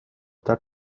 that